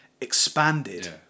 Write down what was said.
expanded